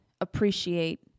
appreciate